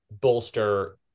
bolster